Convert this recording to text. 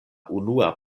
unua